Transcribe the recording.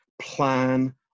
plan